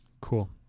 Cool